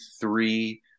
three